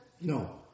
No